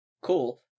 Cool